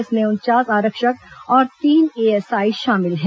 इसमें उनचास आरक्षक और तीन एएसआई शामिल हैं